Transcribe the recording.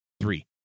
Three